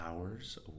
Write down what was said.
hours